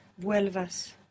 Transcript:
vuelvas